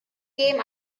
came